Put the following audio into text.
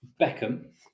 Beckham